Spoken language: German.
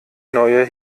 neue